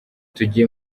tugiye